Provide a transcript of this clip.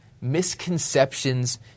misconceptions